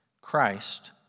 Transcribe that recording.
Christ